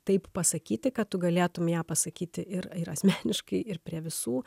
taip pasakyti kad tu galėtum ją pasakyti ir ir asmeniškai ir prie visų